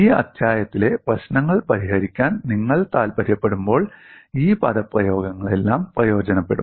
ഈ അധ്യായത്തിലെ പ്രശ്നങ്ങൾ പരിഹരിക്കാൻ നിങ്ങൾ താൽപ്പര്യപ്പെടുമ്പോൾ ഈ പദപ്രയോഗങ്ങളെല്ലാം പ്രയോജനപ്പെടും